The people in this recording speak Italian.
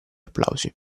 applausi